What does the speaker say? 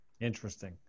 Interesting